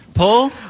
Paul